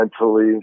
mentally